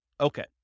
Okay